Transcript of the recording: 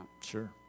Sure